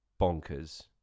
bonkers